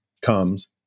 comes